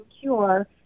cure